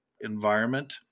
environment